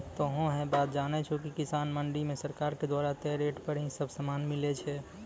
तोहों है बात जानै छो कि किसान मंडी मॅ सरकार के द्वारा तय रेट पर ही सब सामान मिलै छै